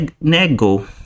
Nego